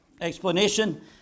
explanation